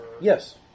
Yes